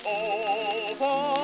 over